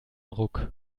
ruck